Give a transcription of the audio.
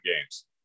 games